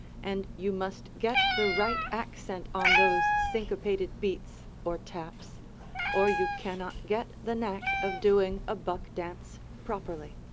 and you must get the right accent on those syncopated beats or taps or you cannot get the knack of doing a buck dance properly.